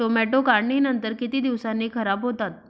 Tomato काढणीनंतर किती दिवसांनी खराब होतात?